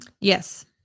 Yes